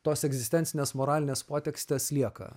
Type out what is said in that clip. tos egzistencinės moralinės potekstės lieka